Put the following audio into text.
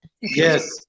Yes